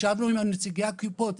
ישבנו עם נציגי הקופות,